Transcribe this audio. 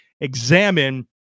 examine